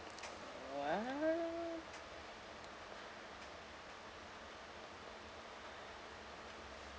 what